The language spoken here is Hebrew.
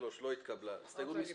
הצבעה בעד 2 נגד 3 נמנעים אין הצעה